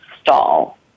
stall